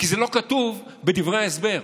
כי זה לא כתוב בדברי ההסבר,